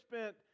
spent